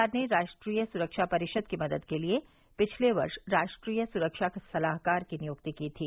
सरकार ने राष्ट्रीय सुरक्षा परिषद की मदद के लिए पिछले वर्ष राष्ट्रीय सुरक्षा सलाहकार की नियुक्ति की थी